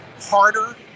harder